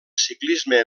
ciclisme